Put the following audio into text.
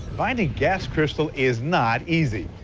finding gas, crystal is not easy.